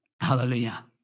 Hallelujah